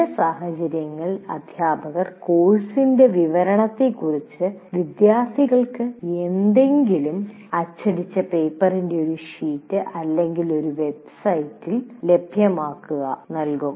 ചില സാഹചര്യങ്ങളിൽ അധ്യാപകർ കോഴ്സിന്റെ വിവരണത്തെക്കുറിച്ച് വിദ്യാർത്ഥികൾക്ക് എന്തെങ്കിലും അച്ചടിച്ച പേപ്പറിന്റെ ഒരു ഷീറ്റ് അല്ലെങ്കിൽ ഒരു വെബ്സൈറ്റിൽ ലഭ്യമാക്കുക നൽകും